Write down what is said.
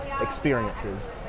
experiences